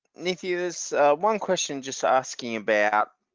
nithya there's one question just asking about